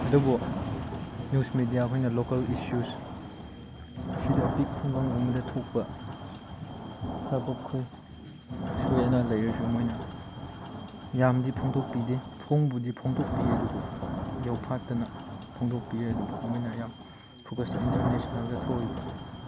ꯑꯗꯨꯕꯨ news media ꯑꯩꯈꯣꯏꯅ local issues ꯁꯤꯗ ꯈꯨꯡꯒꯪꯒꯨꯝꯕꯗ ꯊꯣꯛꯄ ꯊꯕꯛꯈꯩ ꯑꯁꯣꯏ ꯑꯅꯥ ꯂꯩꯔꯁꯨ ꯃꯣꯏꯅ ꯌꯥꯝꯗꯤ ꯐꯣꯡꯗꯣꯛꯄꯤꯗꯦ ꯐꯣꯡꯕꯨꯗꯤ ꯐꯣꯡꯗꯣꯛꯄꯤꯌꯦ ꯑꯗꯨꯕꯨ ꯌꯧꯐꯥꯠꯇꯅ ꯐꯣꯡꯗꯣꯛꯄꯤꯌꯦ ꯑꯗꯨꯕꯨ ꯃꯣꯏꯅ ꯌꯥꯝ ꯐꯣꯀꯁꯇꯨ ꯏꯟꯇꯔꯅꯦꯁꯅꯦꯜꯗ ꯊꯣꯛꯏꯕ